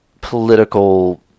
political